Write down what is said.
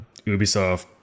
ubisoft